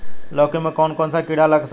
लौकी मे कौन कौन सा कीड़ा लग सकता बा?